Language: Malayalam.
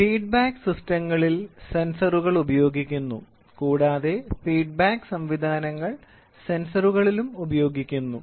ഫീഡ്ബാക്ക് സിസ്റ്റങ്ങളിൽ സെൻസറുകൾ ഉപയോഗിക്കുന്നു കൂടാതെ ഫീഡ്ബാക്ക് സംവിധാനങ്ങൾ സെൻസറുകളിലും ഉപയോഗിക്കുന്നു